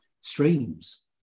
streams